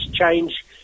change